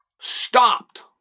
stopped